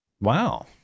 Wow